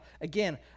again